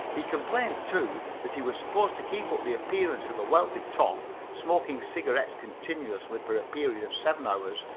he complained, too, that he was supposed to keep up the appearance of a wealthy toff smoking cigarettes continually for a period of seven hours,